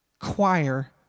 choir